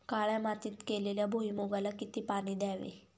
काळ्या मातीत केलेल्या भुईमूगाला किती पाणी द्यावे?